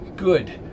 Good